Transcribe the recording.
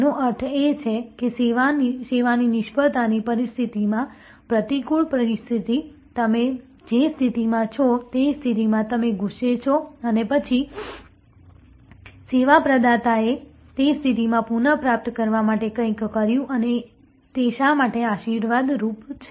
તેનો અર્થ એ છે કે સેવાની નિષ્ફળતાની પરિસ્થિતિમાં પ્રતિકૂળ પરિસ્થિતિ તમે જે સ્થિતિમાં છો તે સ્થિતિમાં તમે ગુસ્સે છો અને પછી સેવા પ્રદાતાએ તે સ્થિતિમાંથી પુનઃપ્રાપ્ત કરવા માટે કંઈક કર્યું અને તે શા માટે આશીર્વાદરૂપ છે